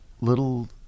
little